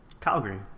Calgary